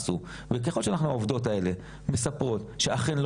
עשו.." וככל שהעובדות האלה מספרות שאכן,